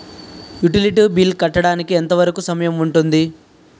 Utility bill కట్టడానికి ఎంత వరుకు సమయం ఉంటుంది?